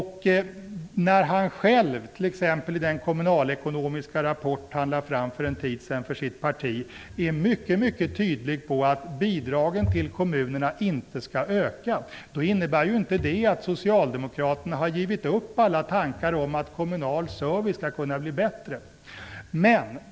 Han är själv t.ex. i den kommunalekonomiska rapport han lade fram för en tid sedan för sitt parti mycket mycket tydlig när det gäller att bidragen till kommunerna inte skall öka. Men det innebär inte att Socialdemokraterna har givit upp alla tankar om att kommunal service skall kunna bli bättre.